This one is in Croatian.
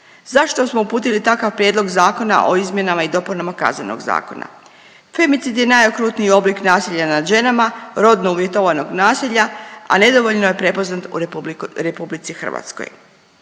Zašto smo uputili takav Prijedlog zakona o izmjenama i dopunama KZ? Femicid je najokrutniji oblik nasilja nad ženama, rodno uvjetovanog nasilja, a nedovoljno je prepoznat u RH. Femicid je